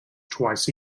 twice